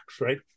right